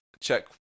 check